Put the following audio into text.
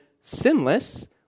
sinless